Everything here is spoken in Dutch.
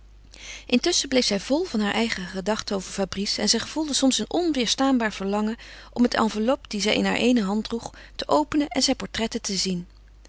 intusschen bleef zij vol van haar eigen gedachten over fabrice en zij gevoelde soms een onweêrstaanbaar verlangen om het enveloppe dat zij in haar eene hand droeg te openen en zijn portretten te zien